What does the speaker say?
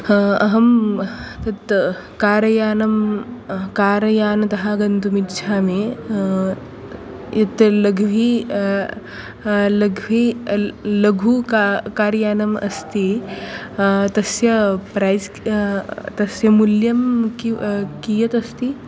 ह अहं तत् कारयानं कारयानतः गन्तुम् इच्छामि यत् लघ्वी लघ्वी ल लघु का कार्यानम् अस्ति तस्य प्रैस् तस्य मूल्यं क्यु कियत् अस्ति